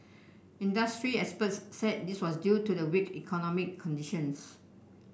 industry experts said this was due to the weak economic conditions